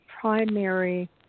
primary